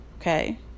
Okay